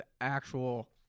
actual